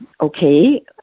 okay